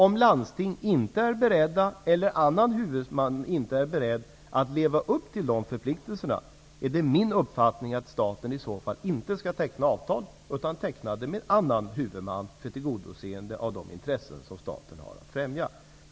Om landstingen inte är beredda, eller om annan huvudman inte är beredd, att leva upp till dessa förpliktelser, är min uppfattning att staten i så fall inte skall teckna avtal utan teckna avtal med en annan huvudman för att tillgodose de intressen som staten har att främja.